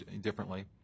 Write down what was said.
differently